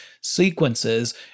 sequences